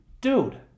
Dude